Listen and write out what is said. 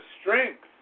strength